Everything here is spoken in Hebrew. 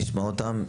אנחנו נשמע את הקופות.